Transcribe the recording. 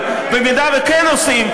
אבל במידה שכן עושים,